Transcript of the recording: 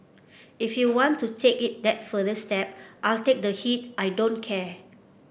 if you want to take it that further step I'll take the heat I don't care